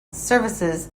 services